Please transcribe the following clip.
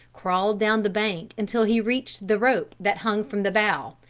crawled down the bank until he reached the rope that hung from the bow,